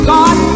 God